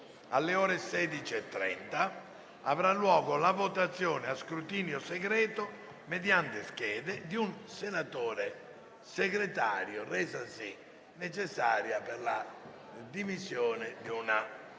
alle ore 16,30, avrà luogo la votazione a scrutinio segreto mediante schede di un senatore Segretario, resasi necessaria per le dimissioni di una senatrice